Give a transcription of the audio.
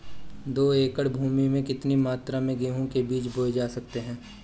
दो एकड़ भूमि में कितनी मात्रा में गेहूँ के बीज बोये जा सकते हैं?